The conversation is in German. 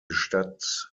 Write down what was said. stadt